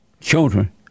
children